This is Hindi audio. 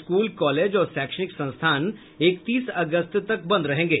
स्कूल कॉलेज और शैक्षणिक संस्थान इकतीस अगस्त तक बंद रहेंगे